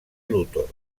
luthor